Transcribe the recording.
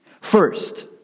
First